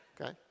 Okay